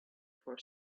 for